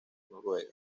noruega